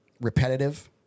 repetitive